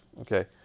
okay